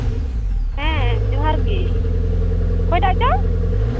ᱦᱮᱸ ᱡᱚᱦᱟᱨ ᱜᱮ ᱚᱠᱚᱭᱴᱟᱜ ᱪᱚᱝ